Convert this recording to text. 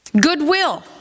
Goodwill